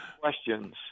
questions